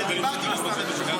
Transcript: אבל דיברתי עם משרד הביטחון,